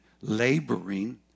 laboring